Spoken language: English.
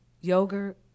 yogurt